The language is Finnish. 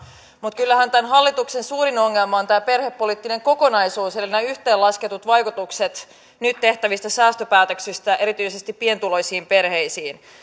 mutta kyllähän tämän hallituksen suurin ongelma on tämä perhepoliittinen kokonaisuus eli nämä yhteenlasketut vaikutukset nyt tehtävistä säästöpäätöksistä erityisesti pienituloisiin perheisiin